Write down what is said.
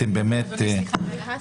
עלא, עשיתם באמת עבודה